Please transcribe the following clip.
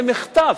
זה מחטף.